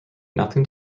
nothing